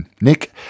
Nick